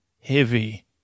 heavy